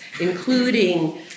including